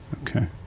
Okay